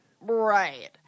Right